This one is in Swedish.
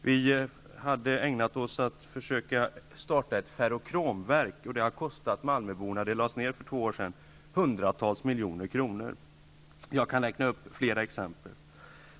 Vi hade ägnat oss åt att försöka starta ett ferrokromverk -- det lades ner för två år sedan -- och det har kostat malmöborna hundratals miljoner kronor. Jag skulle kunna räkna upp fler exempel.